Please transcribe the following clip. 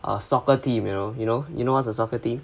a soccer team you know you know you know what's a soccer team